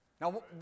Now